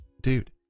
dude